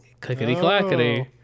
Clickety-clackety